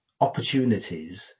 opportunities